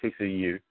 TCU